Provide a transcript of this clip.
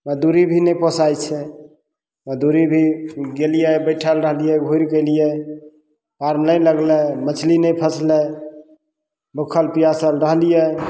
मजदूरी भी नहि पोसाइ छै मजदूरी भी गेलियै बैठल रहलियै घुरि गेलियै पार नहि लगलय मछली नहि फसलय भूखल पियासल रहलियै